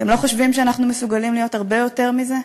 אתם לא חושבים שאנחנו מסוגלים להיות הרבה יותר מזה?